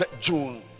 June